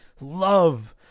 love